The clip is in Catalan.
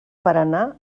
paranà